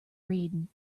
reading